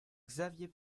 xavier